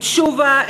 את תשובה,